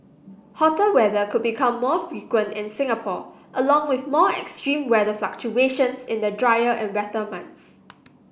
hotter weather could become more frequent in Singapore along with more extreme weather fluctuations in the drier and wetter months